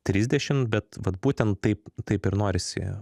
trisdešim bet vat būtent taip taip ir norisi